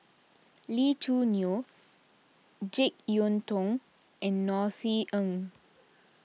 Lee Choo Neo Jek Yeun Thong and Norothy Ng